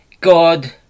God